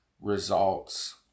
results